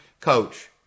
Coach